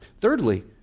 Thirdly